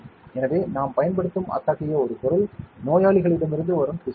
எனவே நாம் பயன்படுத்தும் அத்தகைய ஒரு பொருள் நோயாளிகளிடமிருந்து வரும் திசுக்கள்